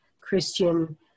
Christian